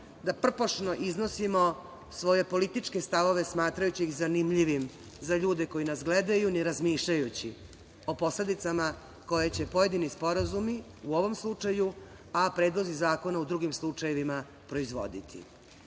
da prpošno iznosimo svoje političke stavove, smatrajući ih zanimljivim za ljude koji nas gledaju, ne razmišljajući o posledicama koje će pojedini sporazumi u ovom slučaju, a predlozi zakona u drugim slučajevima proizvoditi.